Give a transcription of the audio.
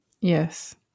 Yes